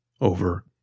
over